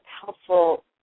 helpful